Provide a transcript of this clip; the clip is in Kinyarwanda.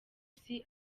isi